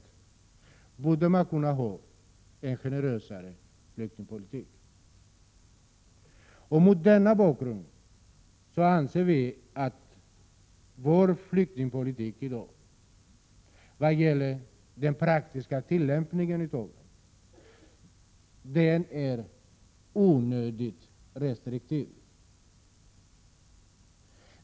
Mot denna bakgrund anser vi att flyktingpolitiken i dag i den praktiska tillämpningen är onödigt restriktiv.